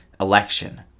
election